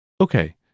Okay